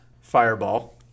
fireball